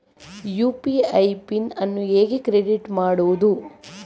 UPI PIN ಅನ್ನು ಹೇಗೆ create ಮಾಡುದು?